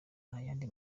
ntayandi